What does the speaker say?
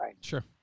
Sure